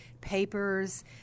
papers